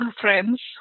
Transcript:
friends